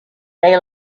they